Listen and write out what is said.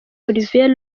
olivier